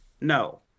No